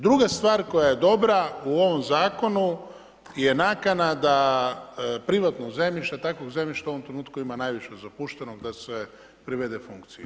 Druga stvar koja je dobra u ovom zakonu je nakana da privatno zemljište, takvog zemljišta u ovom trenutku ima najviše zapuštenog da se privede funkciji.